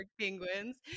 Penguins